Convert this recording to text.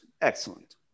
Excellent